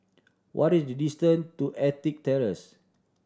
what is the distant to Ettrick Terrace